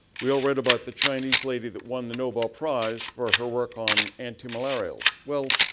we all read about the chinese lady that won the nobel prize for her work on antimalarial. well,